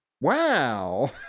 Wow